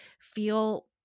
feel